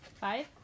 Five